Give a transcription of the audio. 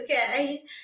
Okay